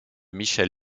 michel